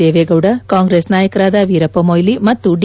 Deve Gowda Congress ನಾಯಕರಾದ ವೀರಪ್ಪ ಮೊಯ್ಲಿ ಮತ್ತು D